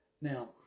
Now